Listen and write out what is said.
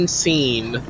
scene